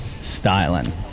styling